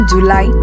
July